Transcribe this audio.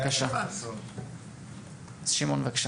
בבקשה.